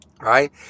right